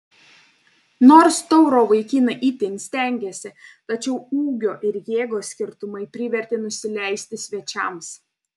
nors tauro vaikinai itin stengėsi tačiau ūgio ir jėgos skirtumai privertė nusileisti svečiams